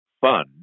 fun